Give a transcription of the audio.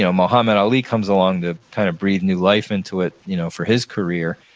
yeah muhammad ali comes along to kind of breathe new life into it you know for his career,